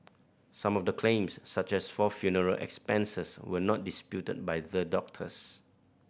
some of the claims such as for funeral expenses were not disputed by the doctors